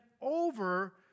over